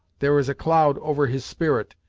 there is a cloud over his spirit,